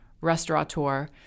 restaurateur